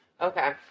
Okay